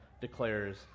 declares